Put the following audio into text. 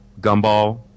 gumball